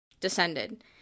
Descended